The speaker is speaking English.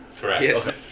correct